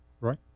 right